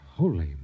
Holy